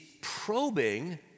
probing